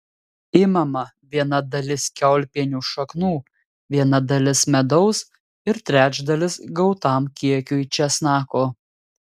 imama viena dalis kiaulpienių šaknų viena dalis medaus ir trečdalis gautam kiekiui česnako